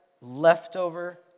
leftover